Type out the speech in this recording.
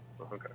okay